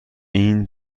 این